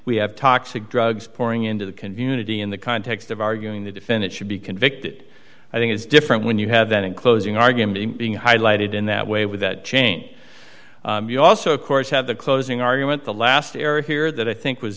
we have toxic drugs pouring into the community in the context of arguing the defendant should be convicted i think is different when you have that in closing argument being highlighted in that way with that change you also of course have the closing argument the last area here that i think